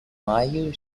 maio